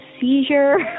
seizure